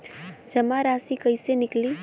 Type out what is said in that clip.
जमा राशि कइसे निकली?